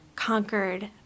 conquered